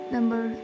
Number